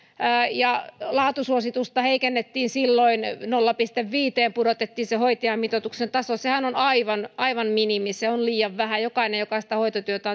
ja laatusuositusta heikennettiin silloin nolla pilkku viiteen pudotettiin se hoitajamitoituksen taso sehän on aivan aivan minimi se on liian vähän jokainen joka sitä hoitotyötä